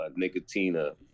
Nicotina